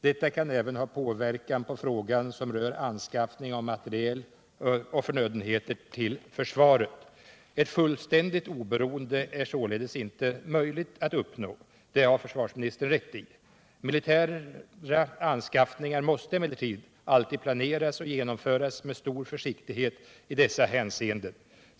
Detta kan även påverka frågan om anskaffning av materiel och förnödenheter till försvaret. Ett fullständigt oberoende är således inte möjligt — det har försvarsministern rätt i. Militära anskaffningar måste emellertid alltid planeras och genomföras med stor försiktighet i dessa avseenden.